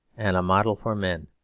and a model for men.